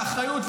באחריות,